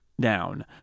down